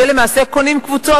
שקונים קבוצות,